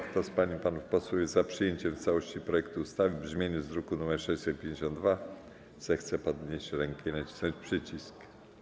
Kto z pań i panów posłów jest za przyjęciem w całości projektu ustawy w brzmieniu z druku nr 652, zechce podnieść rękę i nacisnąć przycisk.